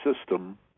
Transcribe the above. system